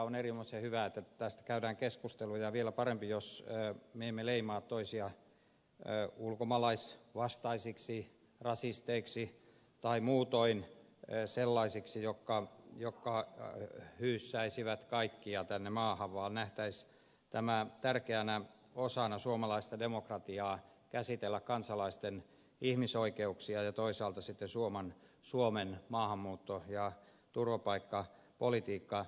on erinomaisen hyvä että tästä käydään keskusteluja ja vielä parempi jos me emme leimaa toisia ulkomaalaisvastaisiksi rasisteiksi tai muutoin sellaisiksi jotka hyysäisivät kaikkia tänne maahan vaan nähtäisiin tärkeänä osana suomalaista demokratiaa käsitellä kansalaisten ihmisoikeuksia ja toisaalta sitten suomen maahanmuutto ja turvapaikkapolitiikkaa